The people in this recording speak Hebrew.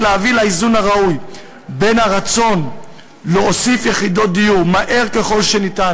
וכדי להביא לאיזון הראוי בין הרצון להוסיף יחידות דיור מהר ככל האפשר,